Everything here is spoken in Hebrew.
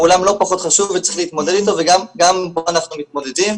והוא עולם לא פחות חשוב וצריך להתמודד איתו וגם פה אנחנו מתמודדים,